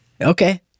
Okay